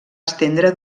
estendre